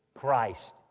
Christ